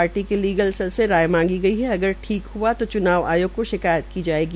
party के legal cell से राय मांगी गई है अगर ठीक हुआ तो चुनाव आयोग को शिकायत की जायेगा